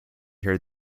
hurt